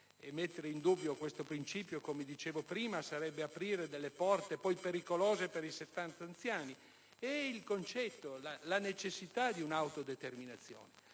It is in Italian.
mettere in dubbio questo principio, come dicevo prima, significherebbe aprire delle porte pericolose per gli anziani) e la necessità di un'autodeterminazione.